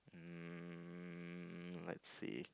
um let's see